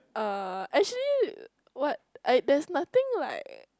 uh actually what I there's nothing like